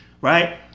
Right